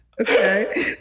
Okay